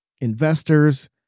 investors